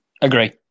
Agree